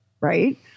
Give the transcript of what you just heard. Right